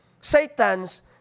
Satan's